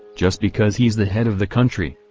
just because he's the head of the country.